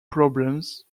problems